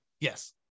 Yes